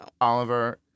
Oliver